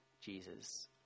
Jesus